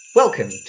Welcome